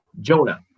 Jonah